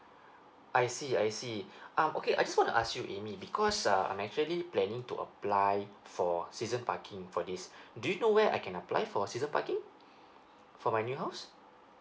I see I see uh okay I just wanna ask you amy because uh I'm actually planning to apply for season parking for this do you know where I can apply for season parking for my new house